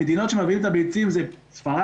המדינות שמביאים מהן את הביצים זה ספרד,